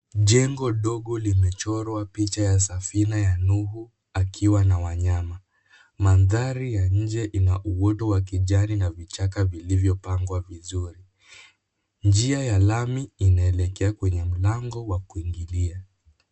Jengo dogo limechorwa picha ya safina ya Nuhu akiwa na wanyama mandhari ya nje uoto wa kijani na vichaka vilivyopangwa vizuri, njia ya lami inaelekea kwenye mlango wa kuingia.